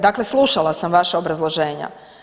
Dakle, slušala sam vaša obrazloženja.